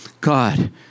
God